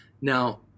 now